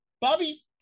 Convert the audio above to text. Bobby